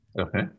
okay